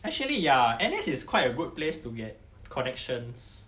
actually ya N_S is quite a good place to get connections